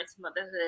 Motherhood